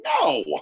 No